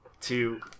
two